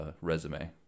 resume